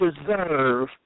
deserve